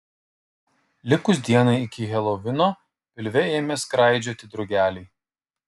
likus dienai iki helovino pilve ėmė skraidžioti drugeliai